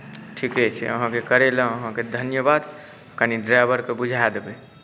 ठीके छै अहाँके करेलहुँ अहाँके धन्यवाद कनि ड्राइवरकेँ बुझा देबै